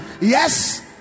Yes